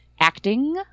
acting